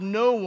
no